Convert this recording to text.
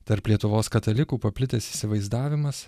tarp lietuvos katalikų paplitęs įsivaizdavimas